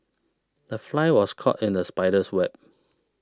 the fly was caught in the spider's web